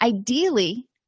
ideally